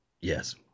Yes